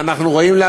אנחנו רואים,